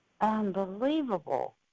Unbelievable